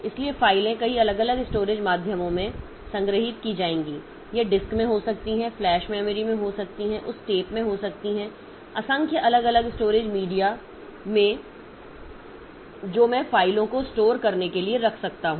इसलिए फाइलें कई अलग अलग स्टोरेज माध्यमों में संग्रहित की जाएंगी यह डिस्क में हो सकती है फ्लैश मेमोरी में हो सकती है उस टेप में हो सकती है असंख्य अलग अलग स्टोरेज मीडिया में जो मैं फाइलों को स्टोर करने के लिए रख सकता हूं